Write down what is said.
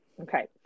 Okay